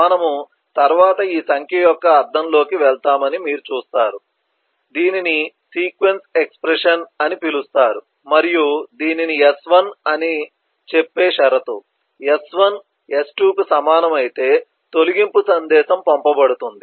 మనము తరువాత ఈ సంఖ్య యొక్క అర్ధంలోకి వెళ్తామని మీరు చూస్తారు దీనిని సీక్వెన్స్ ఎక్స్ప్రెషన్ అని పిలుస్తారు మరియు దీనిని s1 అని చెప్పే షరతు s1 s2 కు సమానం అయితే తొలగింపు సందేశం పంపబడుతుంది